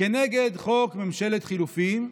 כנגד חוק ממשלת חילופים,